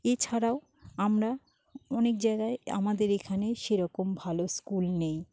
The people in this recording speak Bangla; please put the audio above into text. এছাড়াও আমরা অনেক জায়গায় আমাদের এখানে সেরকম ভালো স্কুল নেই